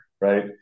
right